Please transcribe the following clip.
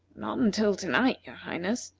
not until to-night, your highness,